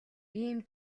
ийм